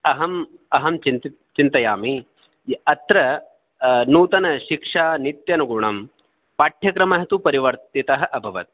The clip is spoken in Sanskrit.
अहं अहं चिन्त चिन्तयामि अत्र नूतनशिक्षानीत्यनुगुणं पाठ्यक्रमः तु परिवर्तितः अभवत्